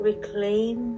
Reclaim